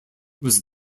was